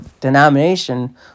denomination